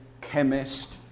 chemist